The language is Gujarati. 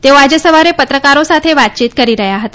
તેઓ આજે સવારે પત્રકારો સાથે વાતચીત કરી રહ્યા હતા